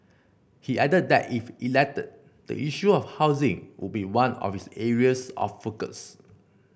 he added that if elected the issue of housing would be one of his areas of focus